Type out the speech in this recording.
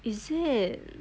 is it